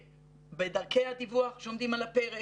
בדרכי הדיווח שעומדים על הפרק.